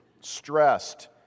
stressed